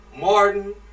Martin